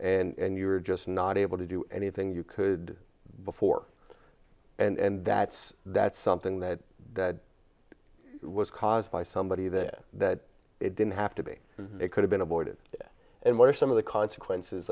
ruined and you were just not able to do anything you could before and that's that's something that was caused by somebody that that it didn't have to be it could have been avoided and what are some of the consequences